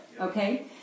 Okay